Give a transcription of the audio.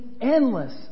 endless